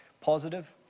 positive